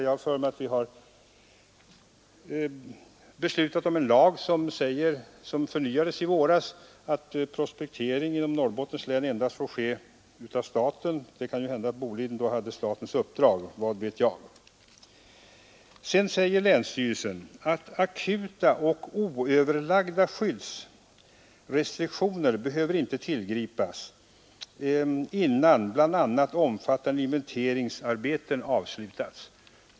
Jag har för mig att vi beslutat om en lag — den förnyades i våras — som säger att prospektering inom Norrbottens län endast får utföras av staten. Det kan Nr 133 hända att Boliden då hade statens uppdrag. Vad vet jag. Onsdagen den Länsstyrelsen i Norrbottens län framhåller att akuta och oöverlagda 14 november 1973 skyddsrestriktioner inte behöver tillgripas, innan bl.a. omfattande. ———— inventeringsarbeten avslutats.